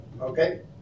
Okay